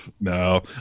No